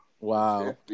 wow